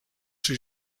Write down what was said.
seus